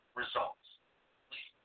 results